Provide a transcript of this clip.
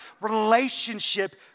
relationship